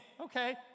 okay